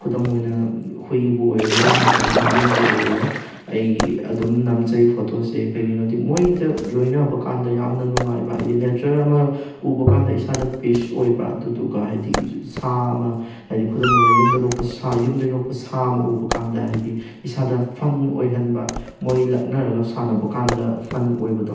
ꯈꯨꯗꯝ ꯑꯣꯏꯅ ꯍꯨꯏꯕꯨ ꯑꯣꯏꯔꯣ ꯅꯠꯇ꯭ꯔꯒ ꯍꯧꯗꯣꯡꯕꯨ ꯑꯣꯏꯔꯣ ꯑꯩ ꯑꯗꯨꯝ ꯅꯝꯖꯩ ꯐꯣꯇꯣꯁꯦ ꯀꯩꯒꯤꯅꯣꯗꯤ ꯃꯣꯏꯗ ꯂꯣꯏꯅꯕ ꯀꯥꯟꯅ ꯌꯥꯝꯅ ꯅꯨꯡꯉꯥꯏꯕ ꯍꯥꯏꯗꯤ ꯅꯦꯆꯔ ꯑꯃ ꯎꯕ ꯀꯥꯟꯗ ꯏꯁꯥꯗ ꯄꯤꯁ ꯑꯣꯏꯕ ꯑꯗꯨꯗꯨꯒ ꯍꯥꯏꯗꯤ ꯁꯥ ꯑꯃ ꯍꯥꯏꯗꯤ ꯈꯨꯗꯝ ꯑꯣꯏꯅ ꯌꯨꯝꯗ ꯂꯣꯛꯄ ꯁꯥ ꯌꯨꯝꯗ ꯌꯣꯛꯄ ꯁꯥ ꯑꯃ ꯎꯕ ꯀꯥꯟꯗ ꯍꯥꯏꯗꯤ ꯏꯁꯥꯗ ꯐꯟ ꯑꯣꯏꯍꯟꯕ ꯃꯣꯏ ꯂꯛꯅꯔꯒ ꯁꯥꯟꯅꯕ ꯀꯥꯟꯗ ꯐꯟ ꯑꯣꯏꯕꯗꯣ